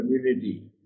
community